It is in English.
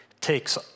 takes